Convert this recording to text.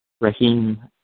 Raheem